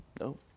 No